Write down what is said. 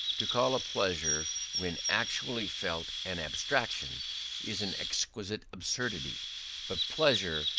to call a pleasure when actually felt an abstraction is an exquisite absurdity but pleasure,